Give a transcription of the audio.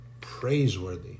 Praiseworthy